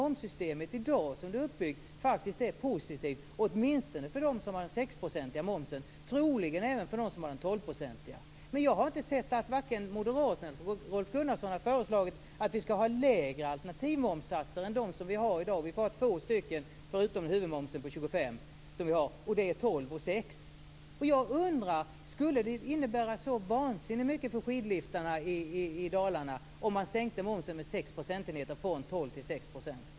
Momssystemet är som det är uppbyggt i dag faktiskt positivt, åtminstone för de verksamheter som har den 6-procentiga momsen, och troligen även för dem som har den 12-procentiga. Jag har varken sett att Moderaterna eller Rolf Gunnarsson har föreslagit att vi skall ha lägre alternativmomssatser än dem som vi har i dag. Vi får ha två stycken förutom huvudmomsen på 25 %. Det är 12 % och 6 %. Jag undrar om det skulle innebära så vansinnigt mycket för skidliftarna i Dalarna om man sänkte momsen med 6 procentenheter från 12 till 6 %.